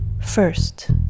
First